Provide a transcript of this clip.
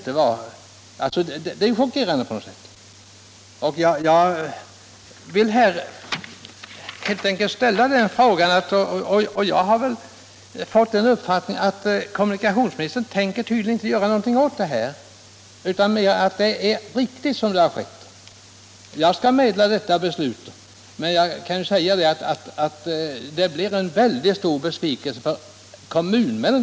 Det är ju chockerande på något sätt. Jag har fått den uppfattningen att kommunikationsministern inte tänker göra någonting åt det här utan anser att det som har skett är riktigt. Jag skall meddela detta till kommunalmännen där nere, men jag kan säga att det beskedet blir en väldigt stor besvikelse för dem.